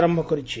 ଆରମ୍ଭ କରିଛି